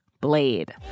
blade